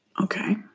Okay